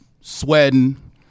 sweating